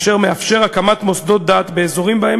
אשר מאפשר הקמת מוסדות דת באזורים שבהם